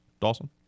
Dawson